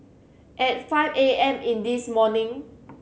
at five A M in this morning